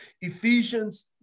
Ephesians